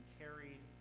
carried